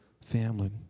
family